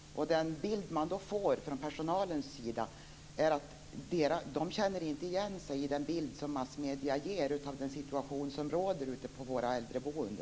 Den bild man då får från personalen är att de inte känner igen sig i den bild som massmedierna ger av den situation som råder ute på våra hem för äldreboende.